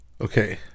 Okay